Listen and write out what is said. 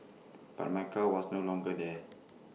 but my car was no longer there